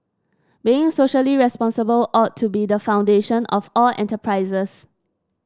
being socially responsible ought to be the foundation of all enterprises